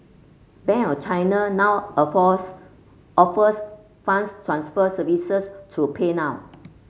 Bank of China now offers offers funds transfer services through PayNow